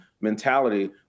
mentality